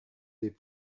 des